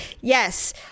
Yes